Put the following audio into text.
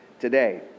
today